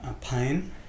pain